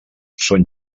són